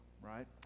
right